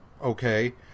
okay